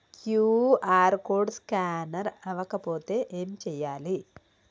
QR code scanner అవ్వకపోతే ఏం చేయాలి?